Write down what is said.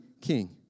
king